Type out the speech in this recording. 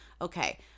Okay